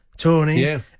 Tony